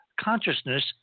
consciousness